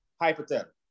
Hypothetical